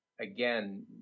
again